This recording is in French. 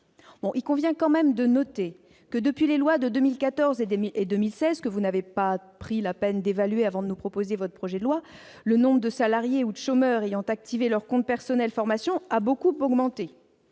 Il convient malgré tout de noter que, depuis les lois de 2014 et 2016, que vous n'avez même pas pris la peine d'évaluer avant de nous présenter votre projet de loi, madame la ministre, le nombre de salariés ou de chômeurs ayant activé un compte personnel de formation a beaucoup augmenté.